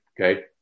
Okay